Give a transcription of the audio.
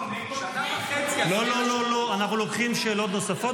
שנה וחצי --- אנחנו לוקחים שאלות נוספות,